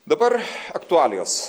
dabar aktualijos